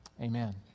Amen